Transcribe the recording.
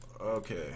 Okay